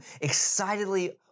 excitedly